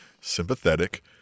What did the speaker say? sympathetic